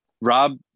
rob